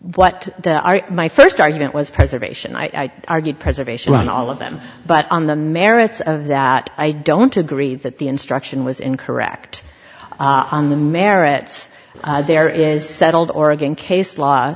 are my first argument was preservation i argued preservation on all of them but on the merits of that i don't agree that the instruction was incorrect on the merits there is settled oregon case law